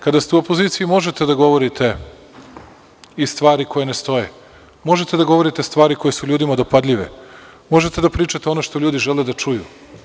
Kada ste u opoziciji možete da govorite i stvari koje ne stoje, možete da govorite stvari koje su ljudima dopadljive, možete da pričate ono što ljudi žele da čuju.